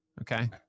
Okay